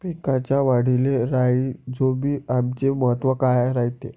पिकाच्या वाढीले राईझोबीआमचे महत्व काय रायते?